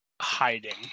hiding